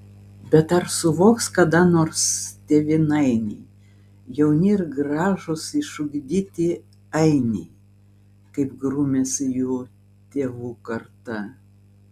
bet ar suvoks kada nors tėvynainiai jauni ir gražūs išugdyti ainiai kaip grūmėsi jų tėvų karta